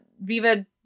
Viva